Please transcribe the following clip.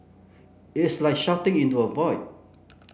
it's like shouting into a void